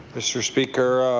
mr. speaker,